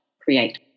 create